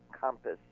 compass